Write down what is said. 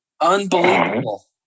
Unbelievable